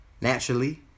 naturally